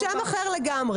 עם שם אחר לגמרי.